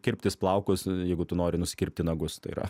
kirptis plaukus jeigu tu nori nusikirpti nagus tai yra